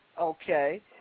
Okay